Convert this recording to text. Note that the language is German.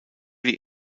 die